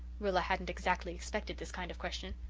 rilla hadn't exactly expected this kind of question.